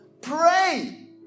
pray